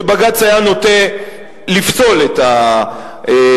שבג"ץ היה נוטה לפסול את המינוי.